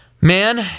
man